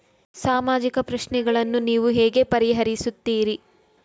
ಸಾಮಾಜಿಕ ಪ್ರಶ್ನೆಗಳನ್ನು ನೀವು ಹೇಗೆ ಪರಿಹರಿಸುತ್ತೀರಿ?